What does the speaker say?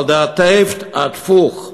"על דאטפת אטפוך,